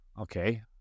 okay